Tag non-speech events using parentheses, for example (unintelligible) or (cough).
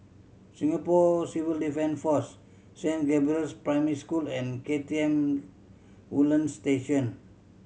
Singapore Civil (unintelligible) Force Saint Gabriel's Primary School and K T M Woodlands Station